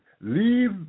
leave